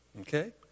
Okay